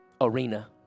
arena